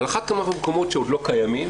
על אחת כמה וכמה במקומות שעוד לא קיימים,